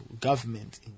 government